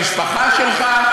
של המשפחה שלך?